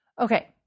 Okay